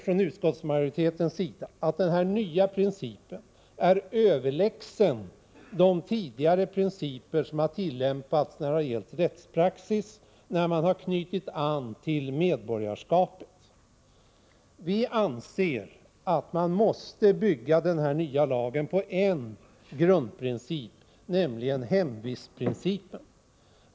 Från utskottsmajoritetens sida anser vi att denna nya princip är överlägsen de tidigare principer som har tillämpats i rättspraxis, när man knutit an till medborgarskapet. Vi anser att man måste bygga den nya lagen på en grundprincip, nämligen hemvistprincipen.